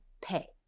pay